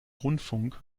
rundfunk